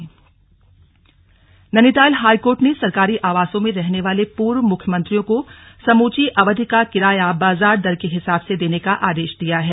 slug high court Nainital high court ने सरकारी आवासों में रहने वाले पूर्व मुख्यमंत्रियों को समूची अवधि का किराया बाजार दर के हिसाब से देने का आदेश दिया है